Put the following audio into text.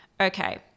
okay